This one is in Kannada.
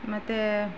ಮತ್ತು